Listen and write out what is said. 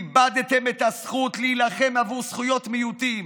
איבדתם את הזכות להילחם עבור זכויות מיעוטים.